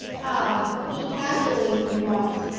ah, he casually remarked,